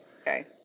Okay